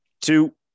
two